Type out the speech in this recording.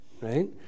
right